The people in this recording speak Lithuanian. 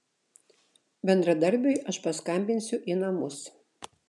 bendradarbiui aš paskambinsiu į namus